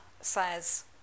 says